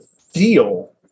feel